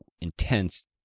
intense